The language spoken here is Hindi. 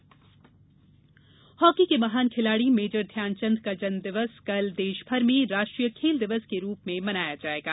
खेल दिवस फलेगशिप हॉकी के महान खिलाड़ी मेजर ध्यानचंद का जन्म दिवस कल देशभर में राष्ट्रीय खेल दिवस के रूप में मनाया जायेगा